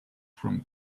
from